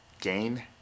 gain